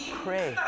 pray